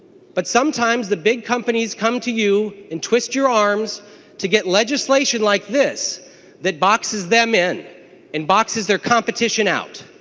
but sometimes the big companies come to you and twist your arm so to get legislation like this that boxes them in and boxes their competition now.